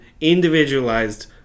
individualized